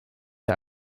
der